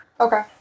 Okay